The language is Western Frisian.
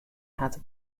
hat